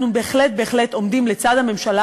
אנחנו בהחלט בהחלט עומדים לצד הממשלה